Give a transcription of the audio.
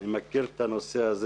אני מכיר את הנושא הזה.